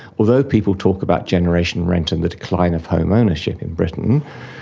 although people talk about generation rent and the decline of home ownership in britain,